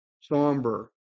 somber